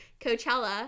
coachella